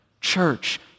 Church